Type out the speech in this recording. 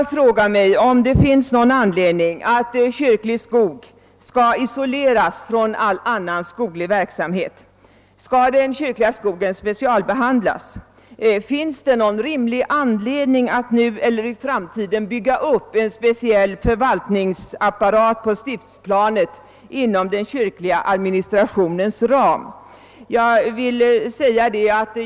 Jag frågar mig om det finns någon anledning att kyrklig skog skall isoleras från all annan skoglig verksamhet? Skall den kyrkliga skogen specialbehandlas? Finns det någon rimlig anledning att nu eller i framtiden bygga upp en speciell förvaltningsapparat på stiftsplanet inom den kyrkliga administrationens ram?